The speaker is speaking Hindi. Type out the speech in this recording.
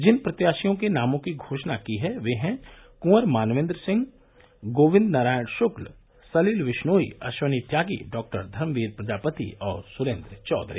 जिन प्रत्याशियों के नामों की घोषणा की है वे हैं कुँवर मानवेन्द्र सिंह गोविन्द नारायण शुक्ल सलिल विश्नोई अश्वनी त्यागी डॉक्टर धर्मवीर प्रजापति और सुरेन्द्र चौधरी